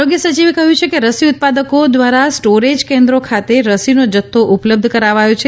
આરોગ્ય સચીવે કહ્યું કે રસી ઉત્પાદકો દ્વારા સ્ટોરેજ કેન્દ્રો ખાતે રસીનો જથ્થો ઉપલબ્ધ કરાવાયો છે